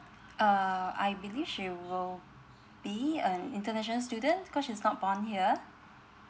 uh I believe she will be an international student cause she's not born here